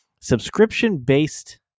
subscription-based